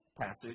passage